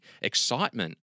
excitement